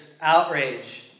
outrage